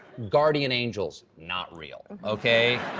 guardian angels not real, okay.